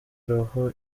roho